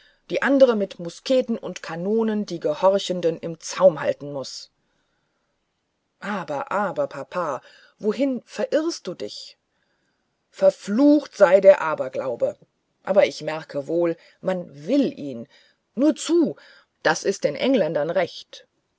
die andere mit musketen und kanonen die gehorchende im zaum halten muß aber aber papa wohin verirrst du dich verflucht sei der aberglaube aber ich merke wohl man will ihn nur zu das ist den engländern recht